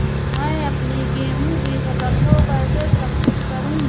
मैं अपनी गेहूँ की फसल को कैसे सुरक्षित करूँ?